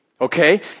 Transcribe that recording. okay